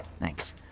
Thanks